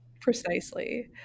precisely